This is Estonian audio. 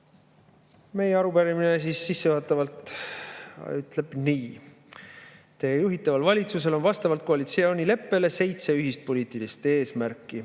Meie arupärimine sissejuhatavalt ütleb [järgmist]. Teie juhitaval valitsusel on vastavalt koalitsioonileppele seitse ühist poliitilist eesmärki.